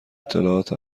اطلاعات